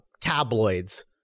tabloids